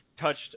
touched